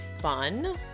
fun